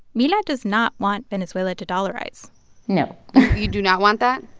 mila does not want venezuela to dollarize no you do not want that?